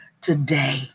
today